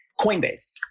Coinbase